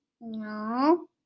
No